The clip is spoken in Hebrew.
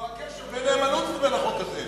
מה הקשר בין נאמנות לבין החוק הזה?